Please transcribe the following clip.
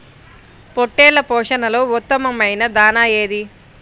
పొట్టెళ్ల పోషణలో ఉత్తమమైన దాణా ఏది?